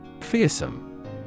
Fearsome